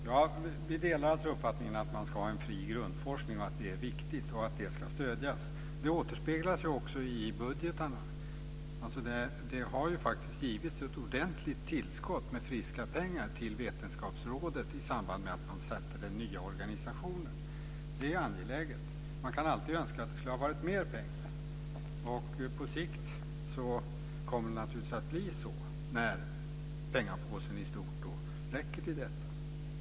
Fru talman! Vi delar uppfattningen att man ska ha en fri grundforskning, att det är viktigt och att det ska stödjas. Det återspeglas också i budgetarna. Det har ju faktiskt givits ett ordentligt tillskott med friska pengar till Vetenskapsrådet i samband med att man satte den nya organisationen. Det är angeläget. Man kan alltid önska att det skulle ha varit mer pengar. På sikt kommer det naturligtvis att bli så när pengapåsen i stort räcker till det.